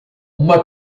uma